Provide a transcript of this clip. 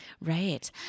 Right